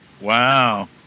Wow